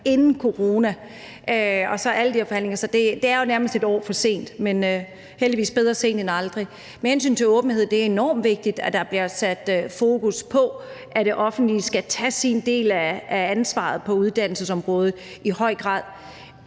inden corona og alle de her forhandlinger. Så det er jo nærmest et år for sent. Men heldigvis bedre sent end aldrig. Med hensyn til åbenhed er det enormt vigtigt, at der bliver sat fokus på, at det offentlige skal tage sin del af ansvaret på uddannelsesområdet, i høj grad.